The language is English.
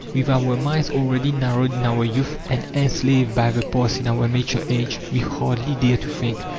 with our minds already narrowed in our youth and enslaved by the past in our mature age, we hardly dare to think.